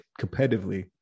competitively